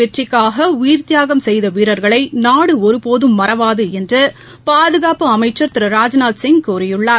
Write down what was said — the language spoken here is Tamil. வெற்றிக்காகஉயிர்த்தியாகம் செய்தவீரர்களைநாடுஒருபோதும் கார்கில் போா் மறவாதுஎன்றுபாதுகாப்பு அமைச்சர் திரு ராஜ்நாத் சிங் கூறியுள்ளார்